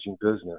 business